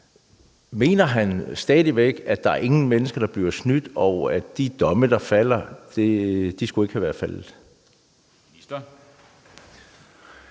ministeren stadig væk, der ikke er nogen mennesker, der bliver snydt, og at de domme, der falder, ikke skulle være faldet?